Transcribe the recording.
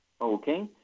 Okay